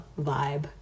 vibe